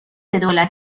دولت